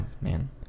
man